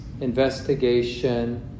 investigation